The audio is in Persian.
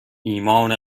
ایمان